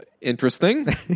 interesting